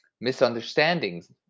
misunderstandings